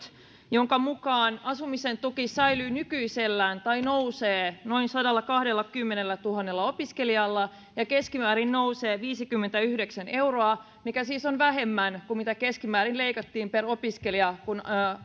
joiden mukaan asumisen tuki säilyy nykyisellään tai nousee noin sadallakahdellakymmenellätuhannella opiskelijalla ja keskimäärin nousee viisikymmentäyhdeksän euroa mikä siis on vähemmän kuin mitä keskimäärin leikattiin per opiskelija kun